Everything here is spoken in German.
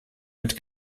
mit